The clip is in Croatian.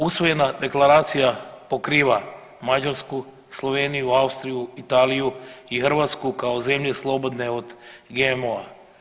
Usvojena deklaracija pokriva Mađarsku, Sloveniju, Austriju, Italiju i Hrvatsku kao zemlje slobodne od GMO-a.